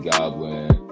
Goblin